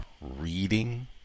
reading